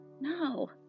No